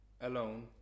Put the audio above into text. Alone